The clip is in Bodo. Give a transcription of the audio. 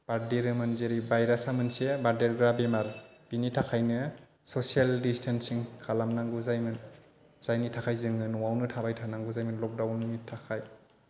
बारदेरोमोन जेरै भाइरासा मोनसे बारदेग्रा बेमार बेनि थाखायनो ससियेल डिस्टेनसिं खालामनांगौ जायोमोन जायनि थाखाय जोङो न'आवनो थाबाय थानांगौ जायोमोन लकडाउननि थाखाय